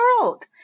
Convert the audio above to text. world